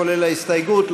כולל ההסתייגות.